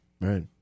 Right